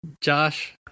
josh